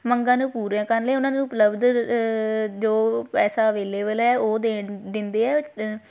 ਮੰਗਾਂ ਨੂੰ ਪੂਰੀਆਂ ਕਰਨ ਲਈ ਉਹਨਾਂ ਨੂੰ ਉਪਲਬਧ ਜੋ ਪੈਸਾ ਅਵੇਲੇਬਲ ਹੈ ਉਹ ਦੇਣ ਉਹ ਦਿੰਦੇ ਹੈ